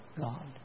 God